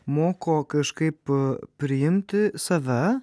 moko kažkaip priimti save